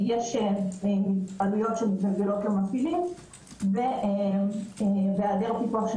יש עלויות שמתגלגלות למפעילים ובהיעדר פיקוח של